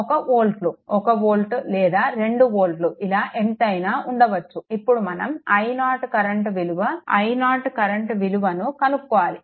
1 వోల్ట్లు 1 వొల్టు లేదా 2 వోల్ట్లు ఇలా ఎంతైనా ఉండవచ్చు ఇప్పుడు మనం i0 కరెంట్ విలువను కనుక్కోవాలి